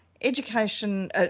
education